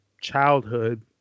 childhood